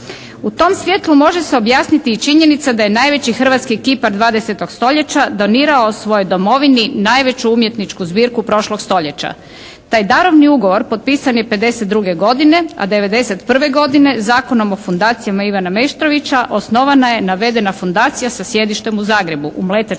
U tom svjetlu može se objasniti i činjenica da je najveći hrvatski kipar 20. stoljeća donirao svojoj domovini najveću umjetničku zbirku prošlog stoljeća. Taj darovni ugovor potpisan je 52. godine, a 91. godine zakonom o fundacijama Ivana Meštrovića osnovana je navedena fundacija sa sjedištem u Zagrebu u Mletačkoj